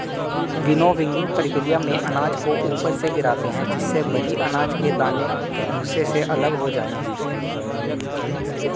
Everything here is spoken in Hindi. विनोविंगकी प्रकिया में अनाज को ऊपर से गिराते है जिससे भरी अनाज के दाने भूसे से अलग हो जाए